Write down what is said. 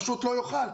פשוט לא יוכל.